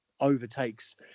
overtakes